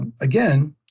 again